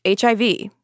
HIV